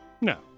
No